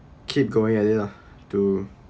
keep going at it lah to